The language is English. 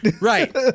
Right